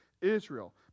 Israel